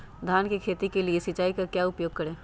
धान की खेती के लिए सिंचाई का क्या उपयोग करें?